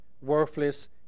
worthless